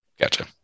Gotcha